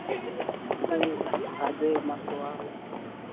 ᱥᱟᱦᱟᱡᱡᱚᱭ ᱮᱢᱟᱜ ᱠᱚᱣᱟ